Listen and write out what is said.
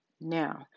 Now